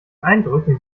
eindrücken